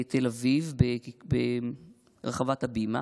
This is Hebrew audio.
ברחבת הבימה